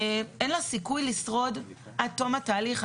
אין לה סיכוי לשרוד עד תום התהליך.